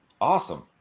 Awesome